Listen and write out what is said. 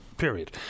Period